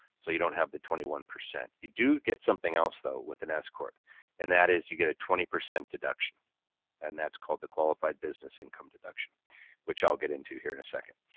so you don't have the twenty one. you do get something else though with an s-corp and that is you get a twenty percent deduction and that's called the qualified business income deduction which i'll get into here in a second.